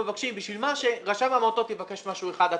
אני